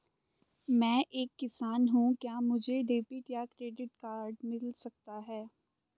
मैं एक किसान हूँ क्या मुझे डेबिट या क्रेडिट कार्ड मिल सकता है?